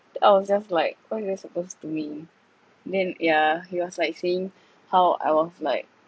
then I was just like what is that supposed to mean then yeah he was like saying how I was like